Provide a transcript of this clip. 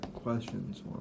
Questions